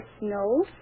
No